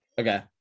okay